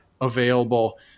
available